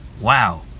Wow